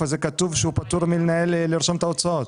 זה כתוב שהוא פטור מלנהל לרשום את ההוצאות?